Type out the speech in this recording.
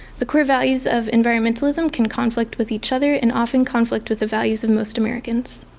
the core values of environmentalism can conflict with each other and often conflict with the values of most americans.